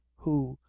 who,